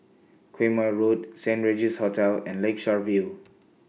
Quemoy Road Saint Regis Hotel and Lakeshore View